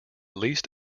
least